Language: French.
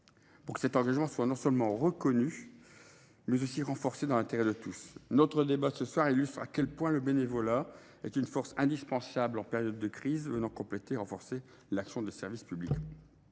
pour que cet engagement soit non seulement reconnu, mais aussi renforcé, dans l’intérêt de tous. Notre débat illustre à quel point le bénévolat est une force indispensable en période de crise venant compléter et renforcer l’action de services publics.